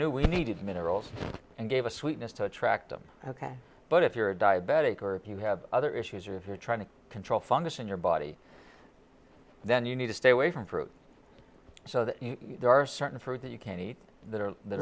knew we needed minerals and gave us sweetness to attract them ok but if you're a diabetic or if you have other issues or if you're trying to control fungus in your body then you need to stay away from fruit so that there are certain fruit that you can eat that are the